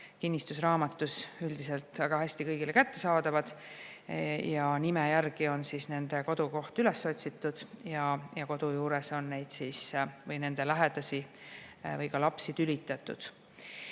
kinnistusraamatu andmed üldiselt väga hästi kõigile kättesaadavad. Nime järgi on nende kodukoht üles otsitud ja kodu juures on neid või nende lähedasi või lapsi tülitatud.